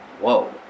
whoa